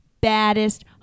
baddest